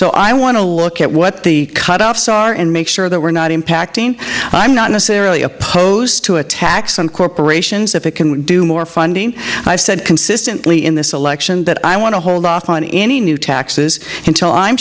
so i want to look at what the cut offs are and make sure that we're not impacting i'm not necessarily opposed to a tax on corporations if it can do more funding i've said consistently in this election that i want to hold off on any new taxes until i'm